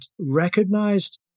recognized